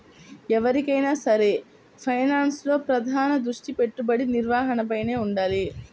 ఎవరికైనా సరే ఫైనాన్స్లో ప్రధాన దృష్టి పెట్టుబడి నిర్వహణపైనే వుండాలి